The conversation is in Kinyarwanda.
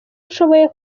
nshoboye